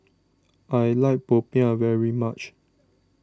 I like Popiah very much